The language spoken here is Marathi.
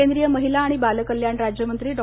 केंद्रीय महिला आणि बालकल्याण राज्यमंत्री डॉ